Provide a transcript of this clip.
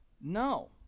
No